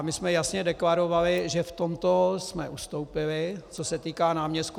My jsme jasně deklarovali, že v tomto jsme ustoupili, co se týká náměstků.